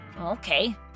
Okay